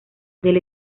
del